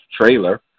trailer